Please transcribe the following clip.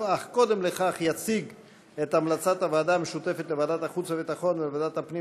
קודם לכן יציג את המלצת הוועדה המשותפת לוועדת החוץ והביטחון וועדת הפנים